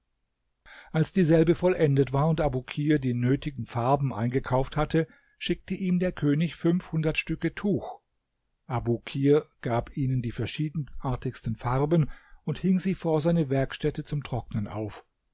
als dieselbe vollendet war und abukir die nötigen farben eingekauft hatte schickte ihm der könig fünfhundert stücke tuch abukir gab ihnen die verschiedenartigsten farben und hing sie vor seine werkstätte zum trocknen auf